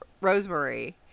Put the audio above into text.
Rosemary